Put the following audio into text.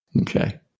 Okay